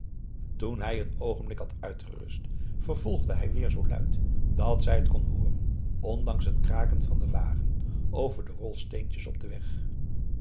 toen hij een oogenblik had uitgerust vervolgde hij p a daum hoe hij raad van indië werd onder ps maurits weêr zoo luid dat zij het kon hooren ondanks het kraken van den wagen over de rolsteentjes op den weg